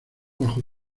bajo